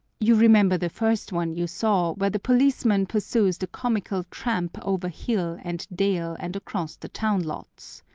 you remember the first one you saw where the policeman pursues the comical tramp over hill and dale and across the town lots.